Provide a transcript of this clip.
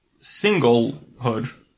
singlehood